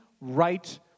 right